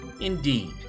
Indeed